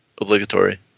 obligatory